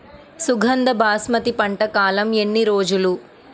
సుగంధ బాస్మతి పంట కాలం ఎన్ని రోజులు?